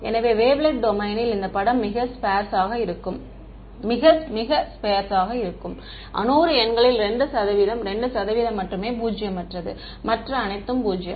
எனவே வேவ்லெட் டொமைனில் இந்த படம் மிகக் ஸ்பெர்ஸ் ஆக இருக்கும் மிக மிகக் ஸ்பெர்ஸ் ஆக இருக்கும் 100 எண்களில் 2 சதவீதம் 2 சதவீதம் மட்டுமே பூஜ்ஜியமற்றது மற்ற அனைத்தும் பூஜ்ஜியம்